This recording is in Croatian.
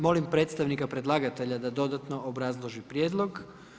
Molim predstavnika predlagatelja da dodatno obrazloži prijedlog.